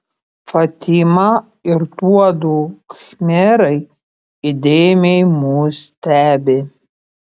fatima ir tuodu khmerai įdėmiai mus stebi